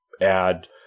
add